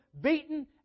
beaten